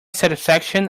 satisfaction